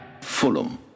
Fulham